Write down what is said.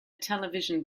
television